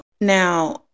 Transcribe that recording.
now